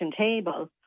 table